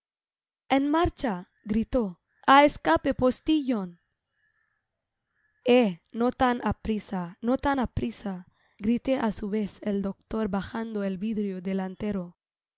en marcha gritó a escape postillon eh no tan aprisa no tan aprisa gritó á su vez el doctor bajando el vidrio delantero